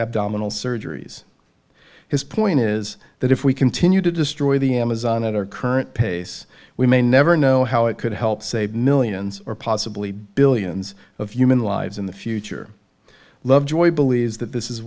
abdominal surgeries his point is that if we continue to destroy the amazon at our current pace we may never know how it could help save millions or possibly billions of human lives in the future lovejoy believes that this is